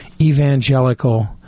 evangelical